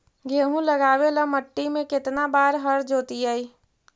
गेहूं लगावेल मट्टी में केतना बार हर जोतिइयै?